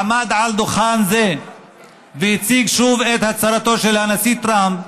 הוא עמד על דוכן זה והציג שוב את הצהרתו של הנשיא טראמפ,